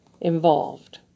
involved